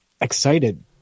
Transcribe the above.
excited